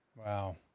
Wow